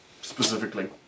Specifically